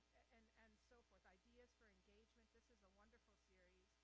and and so forth, ideas for engagement, this is a wonderful series.